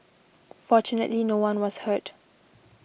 fortunately no one was hurt